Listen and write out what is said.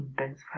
intense